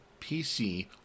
PC